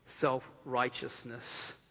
self-righteousness